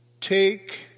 take